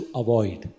avoid